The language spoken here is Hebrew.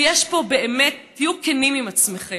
ויש פה, באמת, תהיו כנים עם עצמכם,